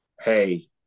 Hey